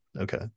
Okay